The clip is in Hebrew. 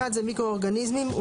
(1) מיקרואורגניזם,